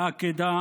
בעקידה